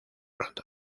rondó